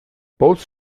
both